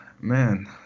man